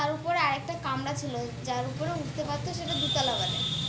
তার উপরে আর একটা কামরা ছিল যার উপরে উঠতে পারতো সেটা দতলা বাস